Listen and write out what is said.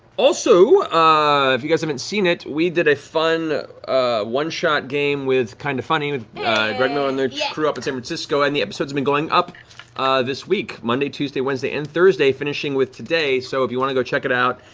also, ah if you guys haven't seen it, we did a fun one-shot game kinda kind of funny, with greg miller and their yeah crew up in san francisco and the episodes have been going up this week, monday, tuesday, wednesday and thursday, finishing with today, so if you want to go check it out,